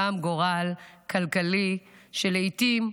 גם גורל כלכלי שלעיתים,